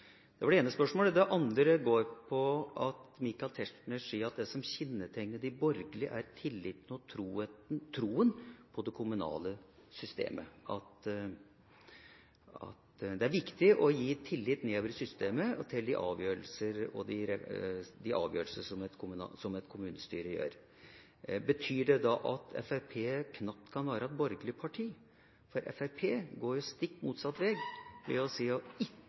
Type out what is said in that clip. Det var det ene spørsmålet. Det andre går på at Michael Tetzschner sier at det som kjennetegner de borgerlige, er tilliten til, og troen på, det kommunale systemet – at det er viktig å gi tillit nedover i systemet, og til de avgjørelser som et kommunestyre tar. Betyr det at Fremskrittspartiet knapt kan være et borgerlig parti? Fremskrittspartiet går jo stikk motsatt veg ved ikke å vise tillit til det som skjer ute i